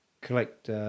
collect